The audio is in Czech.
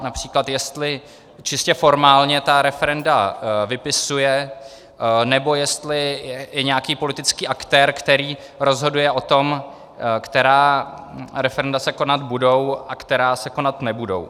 Například jestli čistě formálně ta referenda vypisuje, nebo jestli je nějaký politický aktér, který rozhoduje o tom, která referenda se konat budou a která se konat nebudou.